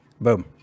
Boom